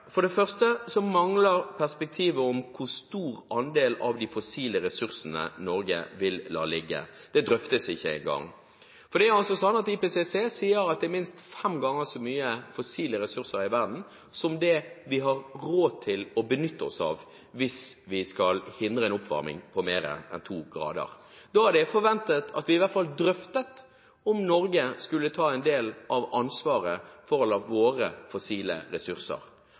For det første mangler perspektivet om hvor stor andel av de fossile ressursene Norge vil la ligge. Det drøftes ikke engang. IPCC sier at det er minst fem ganger så mye fossile ressurser i verden som det vi har råd til å benytte oss av hvis vi skal hindre en oppvarming på mer enn 2 grader. Da hadde jeg forventet at vi i hvert fall drøftet om Norge skulle ta en del av ansvaret for å la våre fossile ressurser